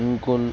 ఇంకొల్